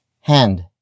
hand